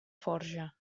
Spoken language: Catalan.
forja